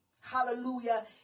hallelujah